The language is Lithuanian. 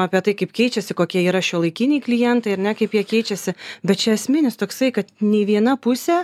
apie tai kaip keičiasi kokie yra šiuolaikiniai klientai ar ne kaip jie keičiasi bet čia esminis toksai kad nė viena pusė